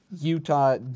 Utah